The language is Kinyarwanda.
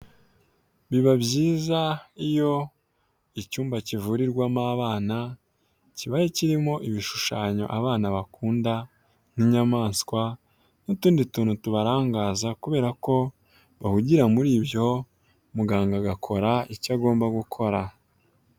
Biba byiza iyo icyumba kivurirwamo abana, kibaye kirimo ibishushanyo abana bakunda, nk'inyamaswa n'utundi tuntu tubarangaza, kubera ko bahugira muri ibyo, muganga agakora icyo agomba gukora.